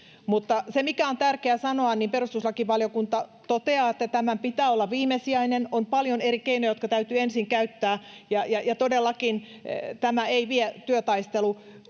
se, mikä on tärkeää sanoa, on se, että perustuslakivaliokunta toteaa, että tämän pitää olla viimesijainen, on paljon eri keinoja, jotka täytyy ensin käyttää. Ja todellakin, tämä ei vie työtaisteluoikeutta,